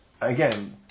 again